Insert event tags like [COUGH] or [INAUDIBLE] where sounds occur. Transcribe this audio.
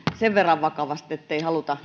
sen verran vakavasti ettei haluta [UNINTELLIGIBLE]